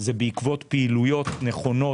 זה בעקבות פעילויות נכונות.